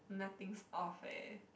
nothing's off eh